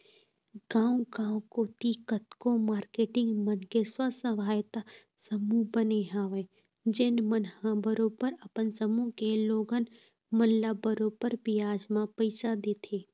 गाँव गाँव कोती कतको मारकेटिंग मन के स्व सहायता समूह बने हवय जेन मन ह बरोबर अपन समूह के लोगन मन ल बरोबर बियाज म पइसा देथे